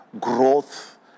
growth